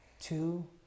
two